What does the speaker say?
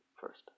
first